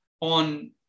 on